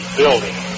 building